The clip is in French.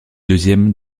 deuxième